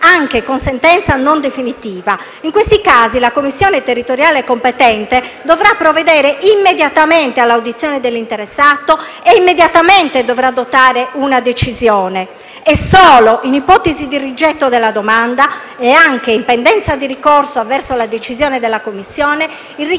anche con sentenza non definitiva. In questi casi, la commissione territoriale competente dovrà provvedere immediatamente all'audizione dell'interessato e immediatamente dovrà adottare una decisione e solo in ipotesi di rigetto della domanda e anche in pendenza di ricorso avverso la decisione della commissione, il